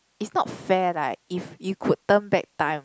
it's not fair like if you could turn back time